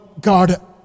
God